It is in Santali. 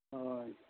ᱦᱳᱭ